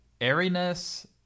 airiness